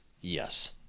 Yes